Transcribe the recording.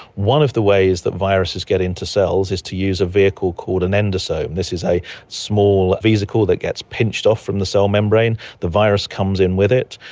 one of the ways that viruses get into cells is to use a vehicle called an endosome. this is a small vesicle that gets pinched off from the cell membrane. the virus comes in with it.